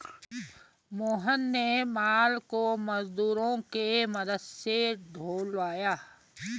मोहन ने माल को मजदूरों के मदद से ढूलवाया